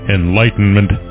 enlightenment